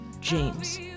James